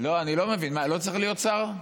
אני לא מבין, לא צריך להיות שר?